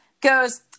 goes